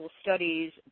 studies